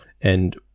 and-